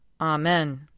Amen